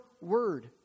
word